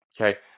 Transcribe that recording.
Okay